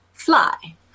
Fly